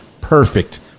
perfect